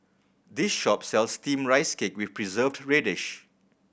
this shop sells Steamed Rice Cake with Preserved Radish